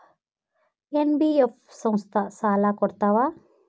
NBF ಸಂಸ್ಥಾ ಸಾಲಾ ಕೊಡ್ತಾವಾ?